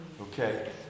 Okay